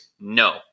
no